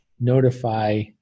notify